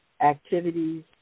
activities